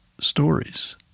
stories